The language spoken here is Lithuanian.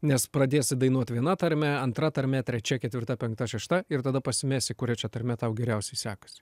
nes pradėsi dainuot viena tarme antra tarme trečia ketvirta penkta šešta ir tada pasimesi kuria čia tarme tau geriausiai sekasi